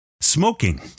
Smoking